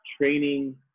training